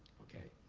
okay,